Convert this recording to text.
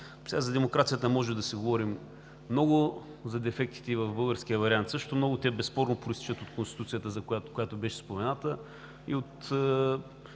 За демокрацията може да си говорим много. За дефектите ѝ в българския вариант – също много. Те, безспорно, произтичат от Конституцията, която беше спомената, и от